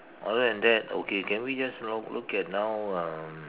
other than that okay can we just you know look at now um